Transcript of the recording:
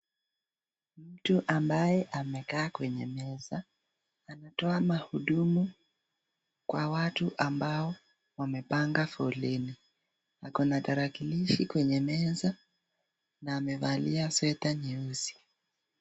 Mtu ambaye amekaa kwenye meza, anatoa huduma kwa watu ambao wamepanga foleni, ako na talakilishi kwenye meza, na amevalia sweta nyeusi.